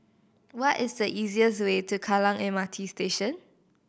what is the easiest way to Kallang M R T Station